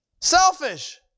Selfish